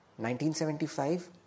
1975